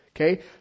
Okay